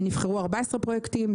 נבחרו 14 פרויקטים.